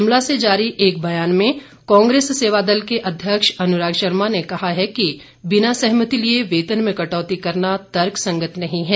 शिमला से जारी एक बयान में कांग्रेस सेवादल के अध्यक्ष अनुराग शर्मा ने कहा है कि बिना सहमति लिए वेतन में कटौती करना तर्कसंगत नहीं है